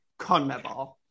CONMEBOL